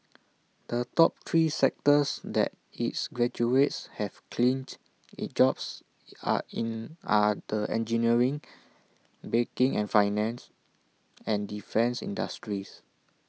the top three sectors that its graduates have clinched the jobs are in are the engineering banking and finance and defence industries